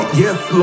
yes